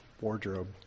wardrobe